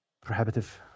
prohibitive